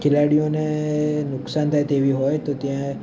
ખેલાડીઓને નુકસાન થાય તેવી હોય તો ત્યાં